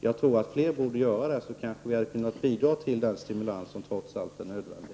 Jag tror att fler borde göra det, så kanske vi kunde bidra till den stimulans som trots allt är nödvändig.